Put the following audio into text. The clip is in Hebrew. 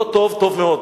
לא טוב, טוב מאוד.